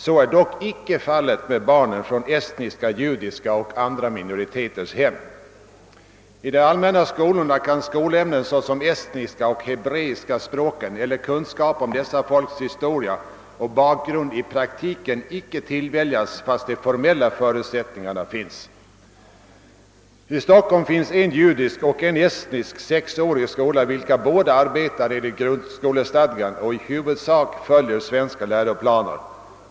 Så är dock icke fallet med barnen från estniska, judiska och andra minoriteters hem. I de allmänna skolorna kan skolämnen såsom estniska och hebreiska språken eller kunskapen om dessa folks historia och bakgrund i praktiken icke tillväljas även om de formella förutsättningarna därför = föreligger. I Stockholm finnes en judisk och en estnisk sexårig skola vilka båda arbetar enligt skolstadgan och i huvudsak följer svenska läroplaner.